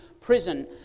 prison